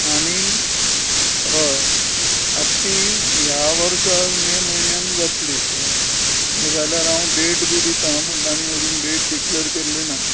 आनी हय आत् ती ह्या वर्सा मे मयन्यान जातली कळ्ळें तुका जाय जाल्यार हांव डेट बी दितां पूण तांणी अजून डेट डिक्लॅर केल्ली ना